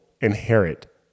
inherit